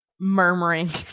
murmuring